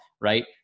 Right